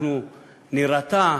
אנחנו נירתע,